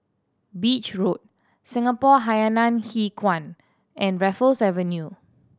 Beach Road Singapore Hainan Hwee Kuan and Raffles Avenue